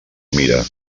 mira